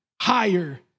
higher